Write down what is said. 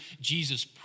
Jesus